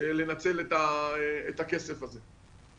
לנצל את הכסף הזה.